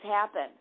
happen